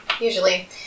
usually